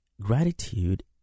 Gratitude